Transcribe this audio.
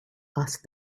asked